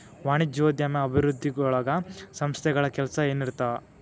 ವಾಣಿಜ್ಯೋದ್ಯಮ ಅಭಿವೃದ್ಧಿಯೊಳಗ ಸಂಸ್ಥೆಗಳ ಕೆಲ್ಸ ಏನಿರತ್ತ